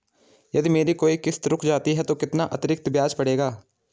यदि मेरी कोई किश्त रुक जाती है तो कितना अतरिक्त ब्याज पड़ेगा?